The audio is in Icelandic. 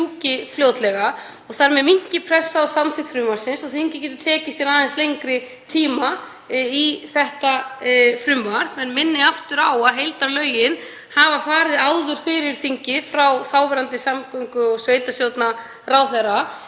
og að þar með minnki pressan á samþykkt frumvarpsins og þingið geti tekið sér aðeins lengri tíma í þetta frumvarp. En ég minni aftur á að heildarlögin hafa áður farið fyrir þingið frá þáverandi samgöngu- og sveitarstjórnarráðherra.